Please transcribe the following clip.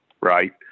right